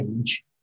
age